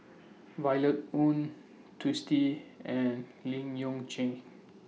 Violet Oon Twisstii and Lim Yew Chye